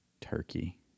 Turkey